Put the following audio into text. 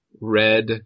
red